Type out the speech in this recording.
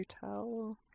hotel